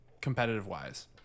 competitive-wise